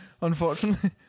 Unfortunately